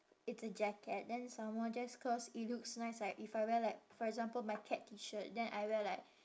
it's a jacket then some more just cause it looks nice like if I wear like for example my cat T shirt then I wear like